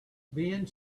being